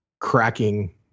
cracking